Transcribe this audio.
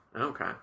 Okay